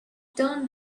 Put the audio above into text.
turned